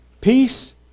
peace